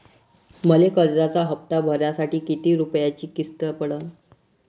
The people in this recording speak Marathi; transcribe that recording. मले कर्जाचा हप्ता भरासाठी किती रूपयाची किस्त पडन?